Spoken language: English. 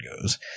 goes